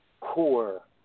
core